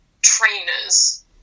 trainers